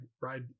ride